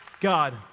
God